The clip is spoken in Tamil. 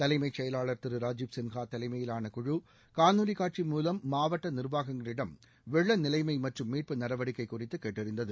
தலைமைச்செயலாளர் திரு ராஜிப் சின்ஹா தலைமையிலான குழு காணொலி காட்சி மூலம் மாவட்ட நிர்வாகங்களிடம் வெள்ள நிலைமை மற்றும் மீட்பு நடவடிக்கை குறித்து கேட்டறிந்தது